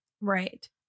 Right